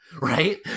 right